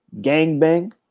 gangbang